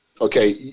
Okay